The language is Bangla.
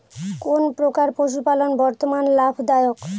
কোন প্রকার পশুপালন বর্তমান লাভ দায়ক?